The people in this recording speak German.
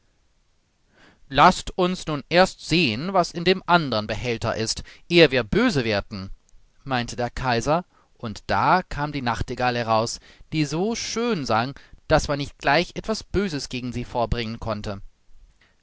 laßt uns nun erst sehen was in dem andern behälter ist ehe wir böse werden meinte der kaiser und da kam die nachtigall heraus die so schön sang daß man nicht gleich etwas böses gegen sie vorbringen konnte